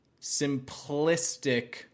simplistic